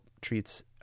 treats